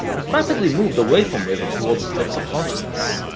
it rapidly moved away from rhythm towards trips of consciousness,